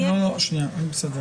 עניין בעייתי.